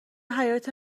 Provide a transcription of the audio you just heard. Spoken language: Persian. حیاطه